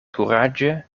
kuraĝe